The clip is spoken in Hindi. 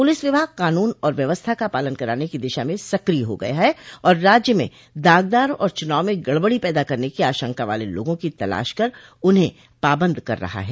पुलिस विभाग कानून और व्यवस्था का पालन कराने की दिशा में सक्रिय हो गया है और राज्य में दागदार और चुनाव में गड़बड़ी पैदा करने की आशंका वाले लोगों की तलाश कर उन्हें पाबंद कर रहा है